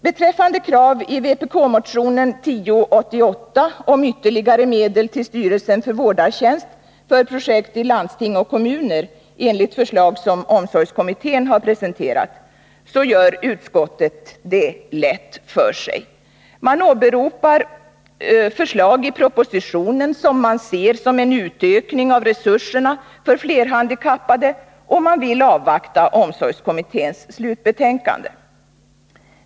Beträffande krav i vpk-m, tionen 1088 om ytterligare medel till styrelsen för vårdartjänst för projekt i landsting och kommuner enligt förslag som omsorgskommittén har presenterat gör utskottet det lätt för sig. Man åberopar förslag i propositionen som man ser som en utökning av resurserna för flerhandikappade, och man vill avvakta omsorgskommitténs slutbetänkande.